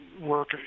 work